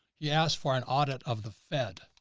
he asked for an audit of the fed.